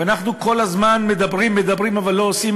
ואנחנו כל הזמן מדברים מדברים אבל לא עושים